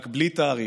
רק בלי תאריך,